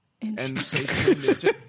Interesting